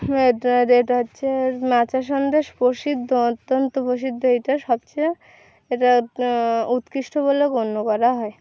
এটা হচ্ছে মেচা সন্দেশ প্রসিদ্ধ অত্যন্ত প্রসিদ্ধ এটা সবচেয়ে এটা উৎকৃষ্ট বলে গণ্য করা হয়